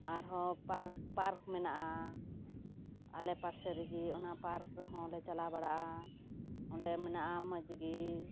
ᱟᱨᱦᱚᱸ park park ᱢᱮᱱᱟᱜᱼᱟ ᱟᱞᱮ ᱯᱟᱥᱮ ᱨᱮᱜᱮ ᱚᱱᱟ ᱯᱟᱨᱠ ᱨᱮᱦᱚᱸ ᱞᱮ ᱪᱟᱞᱟᱣ ᱵᱟᱲᱟᱜᱼᱟ ᱚᱸᱰᱮ ᱢᱮᱱᱟᱜᱼᱟ ᱢᱚᱡᱽᱜᱤ